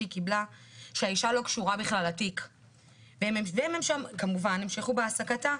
שהיא קיבלה שהאישה לא קשורה בכלל לתיק והם כמובן המשיכו בהעסקתה.